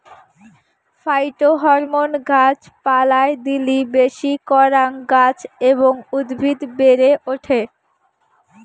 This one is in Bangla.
ফাইটোহরমোন গাছ পালায় দিলি বেশি করাং গাছ এবং উদ্ভিদ বেড়ে ওঠে